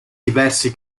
diversi